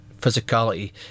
physicality